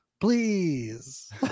Please